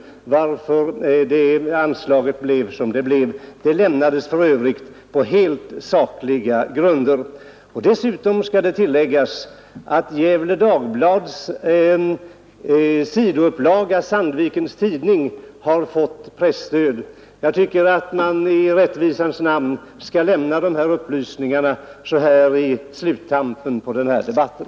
Anslaget lämnades för övrigt på helt sakliga grunder. Dessutom skall tilläggas att Gefle Dagblads sidoupplaga, Sandvikens Tidning, har fått presstöd. Jag tycker att dessa upplysningar i rättvisans namn bör lämnas så här i sluttampen på debatten.